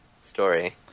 story